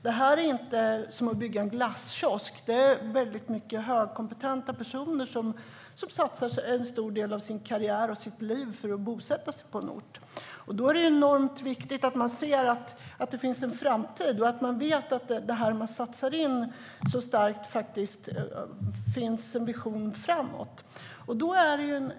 Det här är inte som att bygga en glasskiosk, utan det är fråga om många högkompetenta personer som satsar en stor del av sin karriär och sitt liv för att bosätta sig på en ort. Det är enormt viktigt att man kan se att det finns en framtid och att man vet att det man satsar så starkt på har en vision framåt.